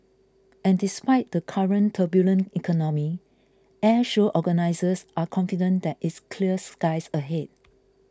and despite the current turbulent economy Airshow organisers are confident that it's clear skies ahead